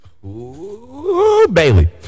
Bailey